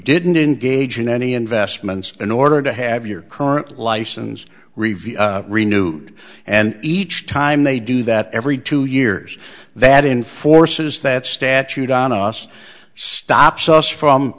didn't engage in any investments in order to have your current licens review renewed and each time they do that every two years that enforces that statute on us stops us from